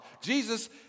Jesus